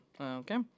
Okay